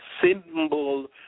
symbol